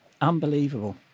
Unbelievable